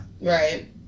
Right